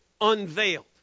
unveiled